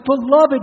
beloved